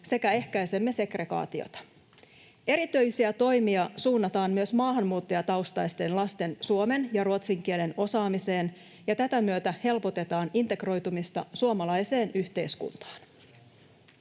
sekä ehkäisemme segregaatiota. Erityisiä toimia suunnataan myös maahanmuuttajataustaisten lasten suomen ja ruotsin kielen osaamiseen ja tätä myötä helpotetaan integroitumista suomalaiseen yhteiskuntaan.